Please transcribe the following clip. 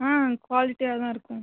ஆ குவாலிட்டியாக தான் இருக்கும்